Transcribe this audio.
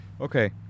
okay